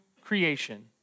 creation